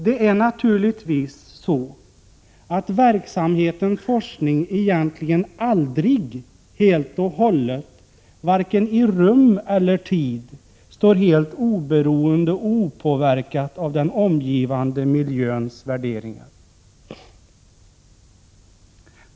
Det är naturligtvis så att verksamheten forskning egentligen aldrig helt och hållet, varken i rum eller i tid, står helt oberoende och opåverkad av den omgivande miljöns värderingar.